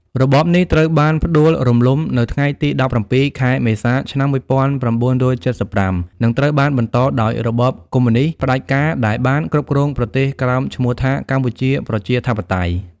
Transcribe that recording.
របបនេះត្រូវបានផ្ដួលរំលំនៅថ្ងៃទី១៧ខែមេសាឆ្នាំ១៩៧៥ និងត្រូវបានបន្តដោយរបបកុម្មុយនិស្តផ្ដាច់ការ ដែលបានគ្រប់គ្រងប្រទេស ក្រោមឈ្មោះថា កម្ពុជាប្រជាធិបតេយ្យ។